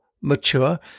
mature